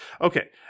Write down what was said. Okay